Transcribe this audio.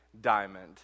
diamond